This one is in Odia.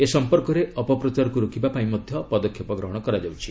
ଏ ସମ୍ପର୍କରେ ଅପପ୍ରଚାରକୁ ରୋକିବାପାଇଁ ମଧ୍ୟ ପଦକ୍ଷେପ ଗ୍ରହଣ କରାଯାଉଛି